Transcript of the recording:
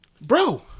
Bro